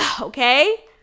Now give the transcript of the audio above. okay